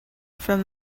from